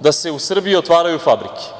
da se u Srbiji otvaraju fabrike.